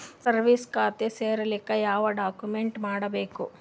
Savings ಖಾತಾ ತೇರಿಲಿಕ ಯಾವ ಡಾಕ್ಯುಮೆಂಟ್ ಕೊಡಬೇಕು?